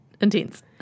intense